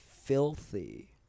filthy